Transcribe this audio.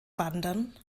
wandern